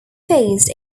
faced